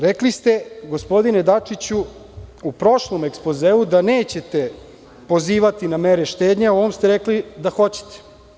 Rekli ste gospodine Dačiću u prošlom ekspozeu da nećete pozivati na mere štednje, a u ovom ste rekli da hoćete.